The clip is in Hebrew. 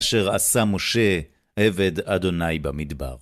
אשר עשה משה עבד ה' במדבר.